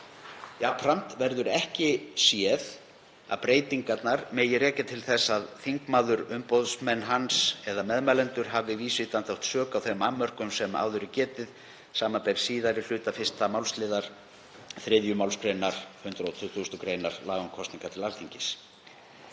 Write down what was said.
Jafnframt verður ekki séð að breytingarnar megi rekja til þess að þingmaður, umboðsmenn hans eða meðmælendur hafi vísvitandi átt sök á þeim annmörkum sem áður er getið, samanber síðari hluta 1. málsliðar 3. mgr. 120. gr. laga um kosningar til Alþingis.